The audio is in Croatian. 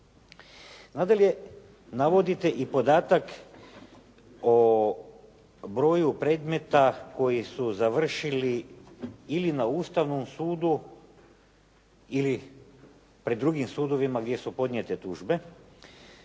Nadalje, navodite i podatak o broju predmeta koji su završili ili na Ustavnom sudu ili pred drugim sudovima gdje su podnijete tužbe,